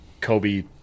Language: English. Kobe